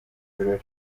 ibirori